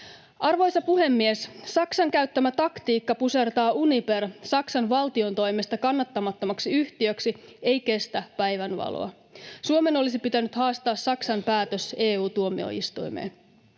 Arvoisa puhemies! Saksan käyttämä taktiikka pusertaa Uniper kannattamattomaksi yhtiöksi Saksan valtion toimesta ei kestä päivänvaloa. Suomen olisi pitänyt haastaa Saksan päätös EU-tuomioistuimeen.